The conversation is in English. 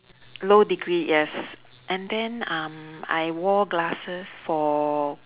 low degree yes and then um I wore glasses for